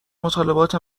مطالبات